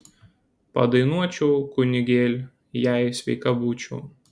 padainuočiau kunigėl jei sveika būčiau